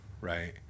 right